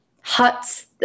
huts